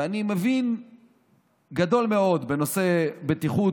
ואני מבין גדול מאוד בנושא בטיחות,